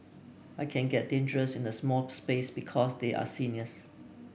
I can get dangerous in a small space because they are seniors